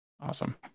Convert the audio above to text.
Awesome